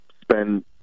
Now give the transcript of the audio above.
spend